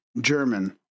German